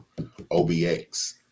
OBX